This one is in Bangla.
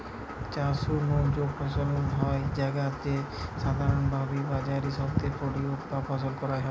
চাষ নু যৌ ফলন হয় স্যাগা কে সাধারণভাবি বাজারি শব্দে প্রোডিউস বা ফসল কয়া হয়